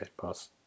Pass